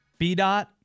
BDOT